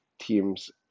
teams